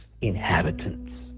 inhabitants